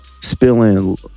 spilling